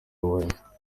huye